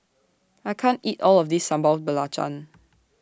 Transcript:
I can't eat All of This Sambal Belacan